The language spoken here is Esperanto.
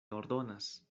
ordonas